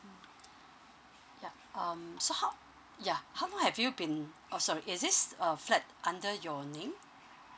ya um so how ya how long have you been oh sorry is this a flat under your name